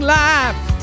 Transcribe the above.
life